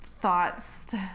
thoughts